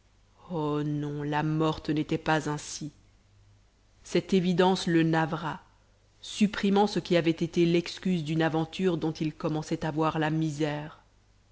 non la morte n'était pas ainsi cette évidence le navra supprimant ce qui avait été l'excuse d'une aventure dont il commençait à voir la misère